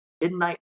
midnight